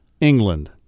England